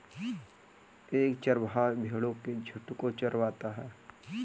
एक चरवाहा भेड़ो के झुंड को चरवाता है